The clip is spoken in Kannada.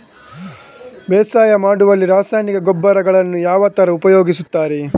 ಬೇಸಾಯ ಮಾಡುವಲ್ಲಿ ರಾಸಾಯನಿಕ ಗೊಬ್ಬರಗಳನ್ನು ಯಾವ ತರ ಉಪಯೋಗಿಸುತ್ತಾರೆ?